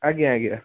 ଆଜ୍ଞା ଆଜ୍ଞା